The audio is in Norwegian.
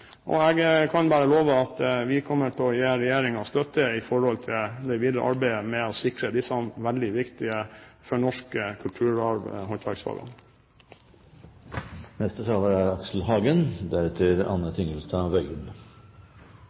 og jeg kan bare love at vi kommer til å gi regjeringen støtte i det videre arbeidet med å sikre disse for norsk kulturarv veldig viktige håndverksfag. Takk for en viktig debatt. Den er viktig for hele Norge. Den er